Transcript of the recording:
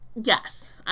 Yes